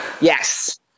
Yes